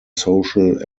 social